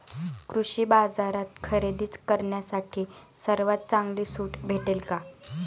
कृषी बाजारात खरेदी करण्यासाठी सर्वात चांगली सूट भेटेल का?